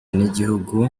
n’igihugu